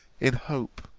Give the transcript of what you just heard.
in hope,